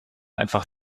einfach